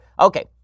Okay